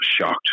shocked